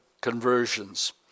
conversions